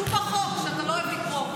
כתוב בחוק שאתה לא אוהב לקרוא.